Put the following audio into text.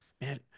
man